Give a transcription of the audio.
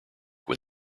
when